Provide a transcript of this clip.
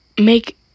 make